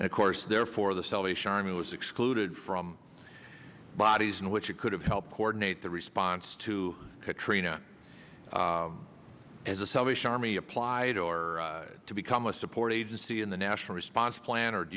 and of course therefore the salvation army was excluded from bodies in which it could have helped coordinate the response to katrina as a salvation army applied or to become a support agency in the national response plan or do